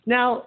Now